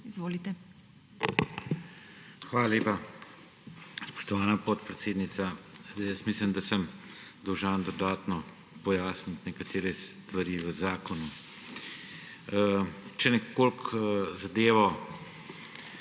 ŠIRCELJ:** Hvala lepa, spoštovana podpredsednica. Mislim, da sem dolžan dodatno pojasniti nekatere stvari v zakonu. Če nekoliko zadevo